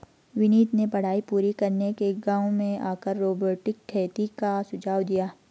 विनीत ने पढ़ाई पूरी करके गांव में आकर रोबोटिक खेती का सुझाव दिया